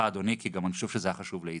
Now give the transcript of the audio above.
כי אני חושב שזה היה גם חשוב לאיציק,